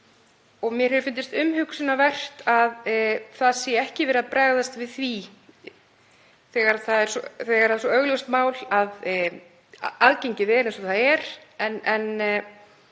Mér hefur fundist umhugsunarvert að ekki sé verið að bregðast við því þegar það er svo augljóst mál að aðgengið er eins og það er, en